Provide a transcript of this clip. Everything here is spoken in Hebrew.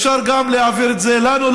אפשר גם להעביר את זה לנו,